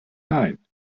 nein